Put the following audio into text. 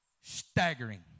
Staggering